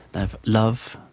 i have love,